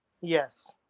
Yes